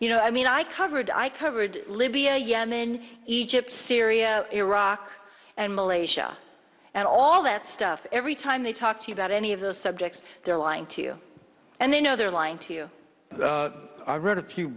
you know i mean i covered i covered libya yemen egypt syria iraq and malaysia and all that stuff every time they talk to you about any of those subjects they're lying to you and they know they're lying to you wrote a few